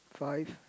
five